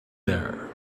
there